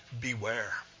Beware